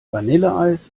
vanilleeis